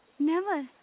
never.